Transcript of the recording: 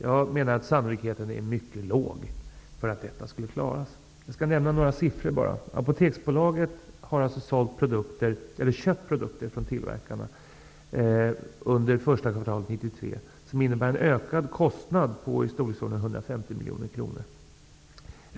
Jag menar att sannolikheten är mycket liten för att det målet klaras. Jag skall nämna några siffror. Apoteksbolaget har köpt produkter från tillverkarna under första kvartalet 1993 till en ökad kostnad på i storleksordningen 150 miljoner kronor.